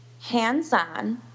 hands-on